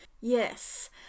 yes